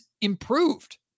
improved